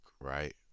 right